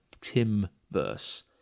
Tim-verse